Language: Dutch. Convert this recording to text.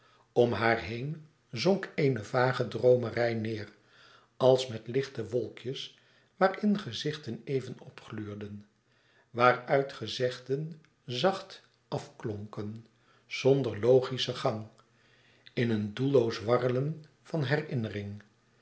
om haar heen zonk eene vage droomerij neêr als met lichte wolkjes waarin gezichten even opgluurden waaruit gezegden zacht afklonken zonder logischen gang in een doelloos warrelen van herinnering